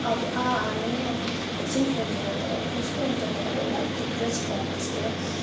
अब हा हामी नै अब एकछिन फोन छैन भने त अब कस्तो हुन्छ नि अब लाइक डिप्रेस्ड भएको जस्तो